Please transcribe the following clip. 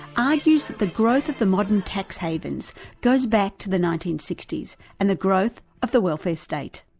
argues that the growth of the modern tax havens goes back to the nineteen sixty s and the growth of the welfare state.